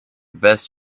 best